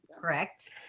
Correct